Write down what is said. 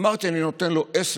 אמרתי: אני נותן לו 10